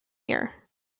year